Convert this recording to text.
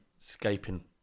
escaping